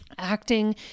acting